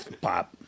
pop